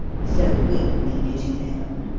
so we'll make it eleven,